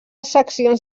seccions